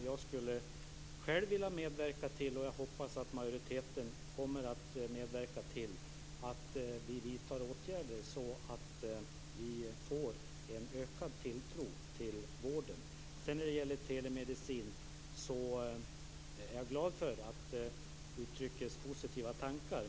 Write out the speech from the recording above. Jag skulle själv vilja medverka till och jag hoppas att majoriteten kommer att medverka till att vi vidtar åtgärder, så att vi får en ökad tilltro till vården. När det gäller telemedicin är jag glad för att det uttrycks positiva tankar.